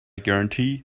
guarantee